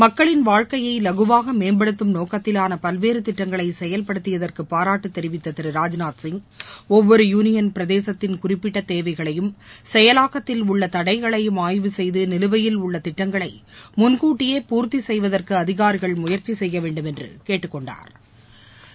மக்களின் வாழ்க்கையை இலகுவாக மேம்படுத்தும் நோக்கத்திவான பல்வேறு திட்டங்களை செயல்படுத்தியதற்கு பாராட்டு தெரிவித்த திரு ராஜ்நாத்சிங் ஒவ்வொரு யுனியன் பிரதேசத்தின் குறிப்பிட்ட தேவைகளையும் செயலாக்கத்தில் உள்ள தடைகளையும் ஆய்வு செய்து நிலுவையில் உள்ள திட்டங்களை முன்கூட்டியே பூர்த்தி செய்வதற்கு அதிகாரிகள் முயற்சி செய்ய வேண்டுமென்று கேட்டுக் கொண்டாா்